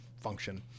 function